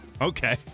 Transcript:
Okay